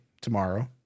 tomorrow